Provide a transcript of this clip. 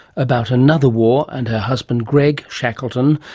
about another war and her husband greg shackleton,